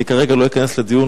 אני כרגע לא אכנס לדיון.